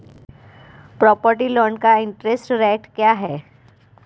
Property loan का interest rate क्या है?